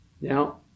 Now